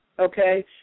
okay